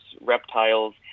reptiles